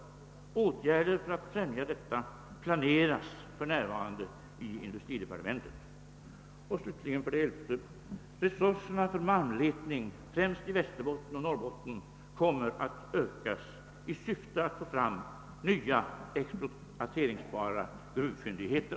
Åtgärder för att främja detta planeras för närvarande i industridepartementet. 11. Resurserna för malmletning främst i Västerbotten och i Norrbotten kommer att ökas i syfte att få fram nya exploateringsbara gruvfyndigheter.